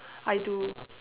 I do